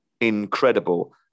incredible